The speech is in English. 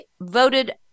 voted